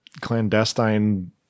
clandestine